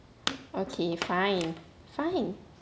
okay fine fine